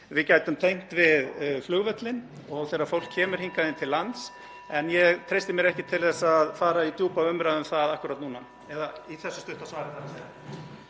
við gætum tengt við flugvöllinn og þegar fólk kemur hingað til lands, en ég treysti mér ekki til að fara í djúpa umræðu um það akkúrat núna,